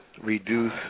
reduce